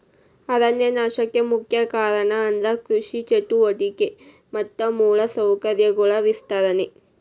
ಅರಣ್ಯ ನಾಶಕ್ಕೆ ಮುಖ್ಯ ಕಾರಣ ಅಂದ್ರ ಕೃಷಿ ಚಟುವಟಿಕೆ ಮತ್ತ ಮೂಲ ಸೌಕರ್ಯಗಳ ವಿಸ್ತರಣೆ